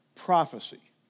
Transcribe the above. prophecy